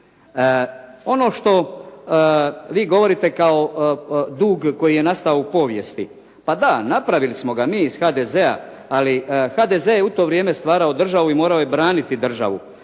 Ono što vi govorite kao dug koji je nastao u povijesti. Pa da napravili smo ga mi iz HDZ-a, ali HDZ je u to vrijeme stvarao državu i morao je braniti državu.